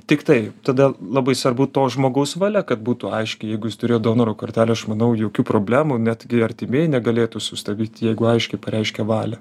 tiktai tada labai svarbu to žmogaus valia kad būtų aiški jeigu jis turėjo donoro kortelę aš manau jokių problemų netgi artimieji negalėtų sustabdyt jeigu aiškiai pareiškia valią